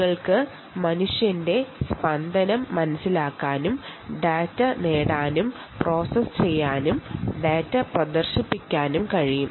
നിങ്ങൾക്ക് മനുഷ്യന്റെ പൾസ് മനസ്സിലാക്കാനും ഡാറ്റ നേടാനും പ്രോസസ്സ് ചെയ്യാനും ഡാറ്റ കാണിച്ചു കൊടുക്കാനും കഴിയും